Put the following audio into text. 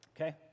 Okay